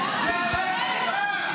תתבייש.